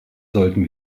sollten